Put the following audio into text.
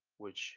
which